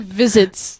visits